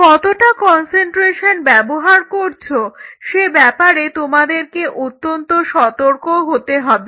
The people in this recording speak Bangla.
কতটা কন্সেন্ট্রেশন ব্যবহার করছো সে ব্যাপারে তোমাদেরকে অত্যন্ত সতর্ক হতে হবে